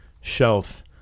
shelf